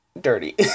dirty